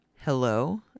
hello